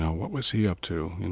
what was he up to, you know?